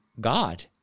God